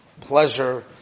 pleasure